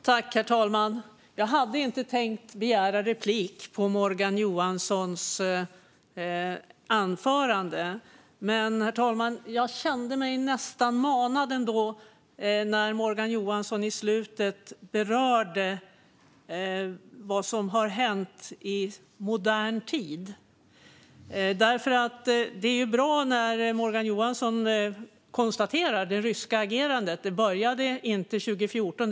Herr talman! Jag hade inte tänkt begära replik på Morgan Johanssons anförande, men jag kände mig nästan manad när Morgan Johansson i slutet berörde vad som har hänt i modern tid. Det är bra att Morgan Johansson konstaterar att det ryska agerandet inte började 2014.